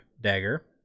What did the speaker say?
dagger